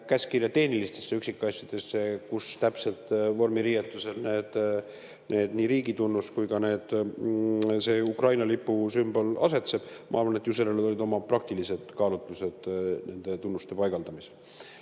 käskkirja tehnilistesse üksikasjadesse, kus täpselt vormiriietusel nii riigitunnus kui ka see Ukraina lipu sümbol asetseb. Ma arvan, et ju selle taga olid oma praktilised kaalutlused nende tunnuste paigaldamisel. Aga